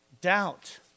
Doubt